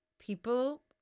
People